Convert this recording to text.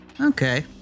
Okay